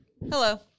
Hello